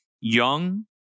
young